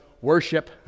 worship